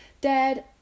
Dad